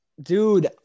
dude